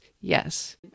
Yes